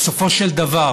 בסופו של דבר